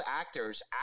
actors